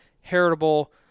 heritable